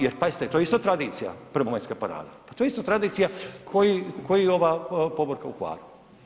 Jer pazite to je isto tradicija prvomajska parada, pa to je isto tradicija ko i ova povorka u Hvaru.